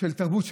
תרבות,